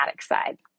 side